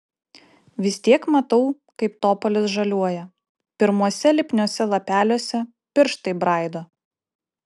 vis tiek matau kaip topolis žaliuoja pirmuose lipniuose lapeliuose pirštai braido